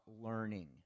learning